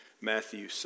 Matthew